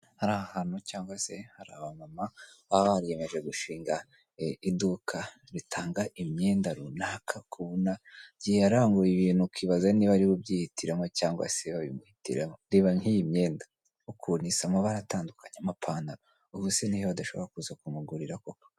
Hari ahantu cyangwa se hari aba mama babariyeyemeje gushinga iduka ritanga imyenda runakabona gihe yaranguyeye ibintu ukibaza niba ariwe ubyihitiranmo cyangwa se wabimuhitiramo reba nki'iyi myenda ukuntusa amabara atandukanye amappanana ubu se niba he badashobora kuza kumugurira koko.